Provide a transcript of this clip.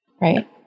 Right